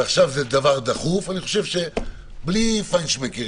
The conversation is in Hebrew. ועכשיו זה דבר דחוף אני חושב שבלי פיינשמייקריות